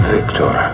Victor